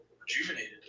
rejuvenated